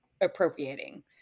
appropriating